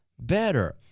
better